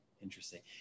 Interesting